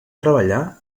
treballar